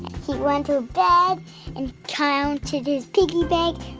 he went to bed and counted his piggy bank.